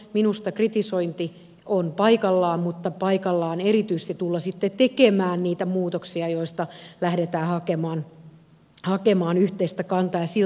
minusta kritisointi on paikallaan mutta paikallaan on erityisesti tulla sitten tekemään niitä muutoksia joista lähdetään hakemaan yhteistä kantaa